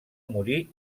morir